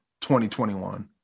2021